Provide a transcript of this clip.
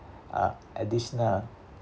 uh additional